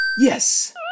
yes